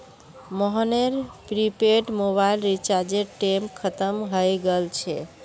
मोहनेर prepaid mobile रीचार्जेर time खत्म हय गेल छे